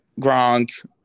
Gronk